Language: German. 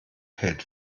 hält